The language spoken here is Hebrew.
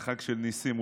זה חג של ניסים.